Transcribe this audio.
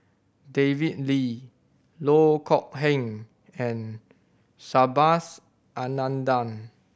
David Lee Loh Kok Heng and Subhas Anandan